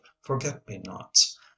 forget-me-nots